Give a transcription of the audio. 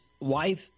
wife